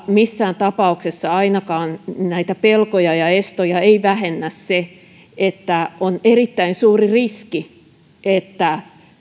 missään tapauksessa näitä pelkoja ja estoja ei ainakaan vähennä se että on erittäin suuri riski että